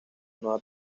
nueva